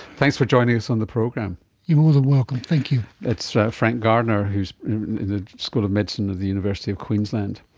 thanks for joining us on the program. you're more than welcome, thank you. that's frank gardiner who is in the school of medicine of the university of queensland.